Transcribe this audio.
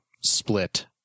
split